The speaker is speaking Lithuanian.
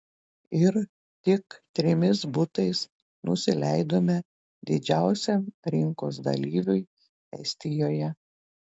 ir tik trimis butais nusileidome didžiausiam rinkos dalyviui estijoje